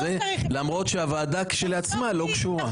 למרות שהוועדה כשלעצמה לא קשורה.